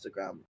Instagram